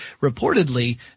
reportedly